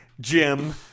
Jim